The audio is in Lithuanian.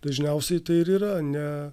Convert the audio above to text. dažniausiai tai ir yra ne